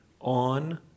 on